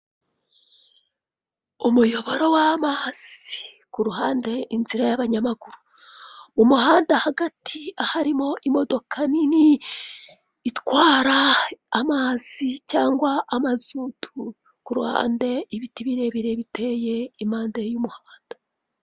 Umuyoboro w'amazi ku ruhande inzira y'abanyamaguru. Umuhanda hagati aharimo imodoka nini itwara amazi cyangwa amazutu, ku ruhande ibiti birebire biteye impande y'umuhanda.